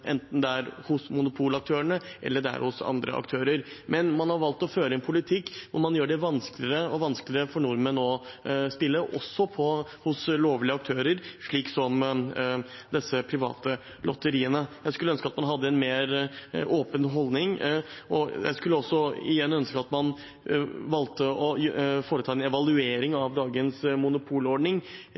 å spille, også hos lovlige aktører, slik som disse private lotteriene. Jeg skulle ønske at man hadde en mer åpen holdning. Jeg skulle også ønske at man valgte å foreta en evaluering av dagens monopolordning,